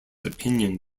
opinion